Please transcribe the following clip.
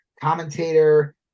commentator